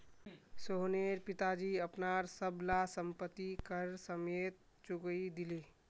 सोहनेर पिताजी अपनार सब ला संपति कर समयेत चुकई दिले